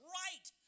right